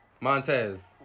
Montez